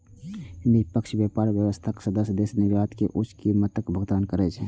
निष्पक्ष व्यापार व्यवस्थाक सदस्य देश निर्यातक कें उच्च कीमतक भुगतान करै छै